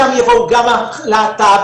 לשם יבואו גם הלהט"ב,